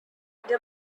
this